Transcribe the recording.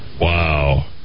Wow